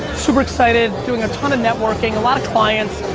super excited. doing a ton of networking, a lot of clients,